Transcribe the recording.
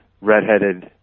redheaded